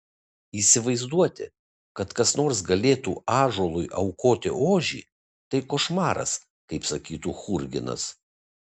įsivaizduoti kad kas nors galėtų ąžuolui aukoti ožį tai košmaras kaip sakytų churginas